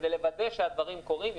כדי לוודא שהדברים מתבצעים.